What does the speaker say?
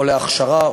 או להכשרה,